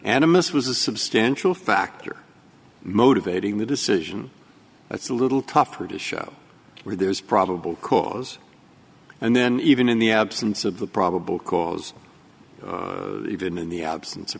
animus was a substantial factor motivating the decision that's a little tougher to show where there is probable cause and then even in the absence of the probable cause even in the absence of